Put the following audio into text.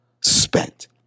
spent